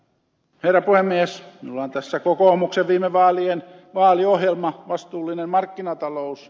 minulla on tässä kokoomuksen viime vaalien vaaliohjelma vastuullinen markkinatalous